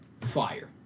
fire